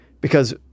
Because-